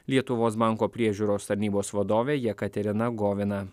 lietuvos banko priežiūros tarnybos vadovė jekaterina govina